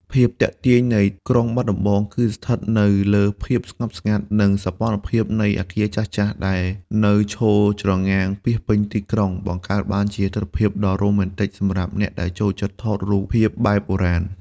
ភាពទាក់ទាញនៃក្រុងបាត់ដំបងគឺស្ថិតនៅលើភាពស្ងប់ស្ងាត់ និងសោភ័ណភាពនៃអគារចាស់ៗដែលនៅឈរច្រងាងពាសពេញទីក្រុង បង្កើតបានជាទិដ្ឋភាពដ៏រ៉ូមែនទិកសម្រាប់អ្នកដែលចូលចិត្តថតរូបភាពបែបបុរាណ។